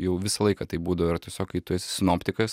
jau visą laiką taip būdavo yra tiesiog kai tu esi sinoptikas